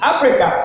Africa